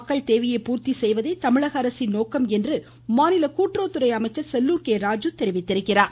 மக்கள் தேவையை பூர்த்தி செய்வதே மாநில அரசின் நோக்கம் என்று மாநில கூட்டுறவுத்துறை அமைச்சர் செல்லுர் கே ராஜீ கூறியுள்ளார்